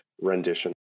rendition